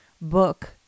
book